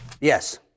Yes